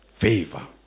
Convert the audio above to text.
favor